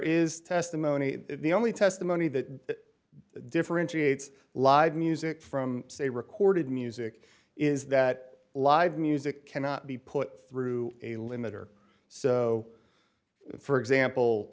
is testimony the only testimony that differentiates live music from say recorded music is that live music cannot be put through a limiter so for example